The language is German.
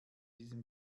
diesem